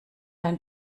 dein